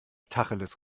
tacheles